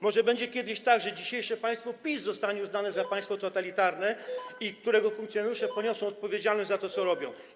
Może kiedyś będzie tak, że dzisiejsze państwo PiS zostanie uznane za państwo totalitarne i jego funkcjonariusze poniosą odpowiedzialność za to, co robią.